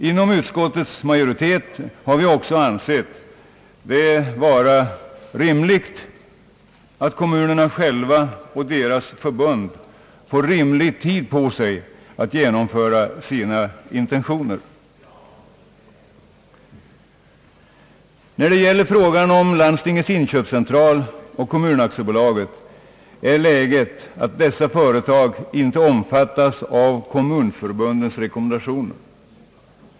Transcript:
Under utskottsarbetet har vi också ansett det vara rimligt att kommunerna och deras förbund får tid på sig att genomföra sina intentioner. Landstingens inköpscentral och Kommunaktiebolaget omfattas inte av kommunförbundens rekommendationer.